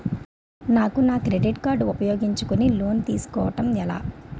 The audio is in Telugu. నాకు నా క్రెడిట్ కార్డ్ ఉపయోగించుకుని లోన్ తిస్కోడం ఎలా?